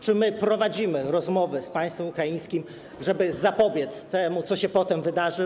Czy prowadzimy rozmowy z państwem ukraińskim, żeby zapobiec temu, co się potem wydarzy?